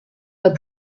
pas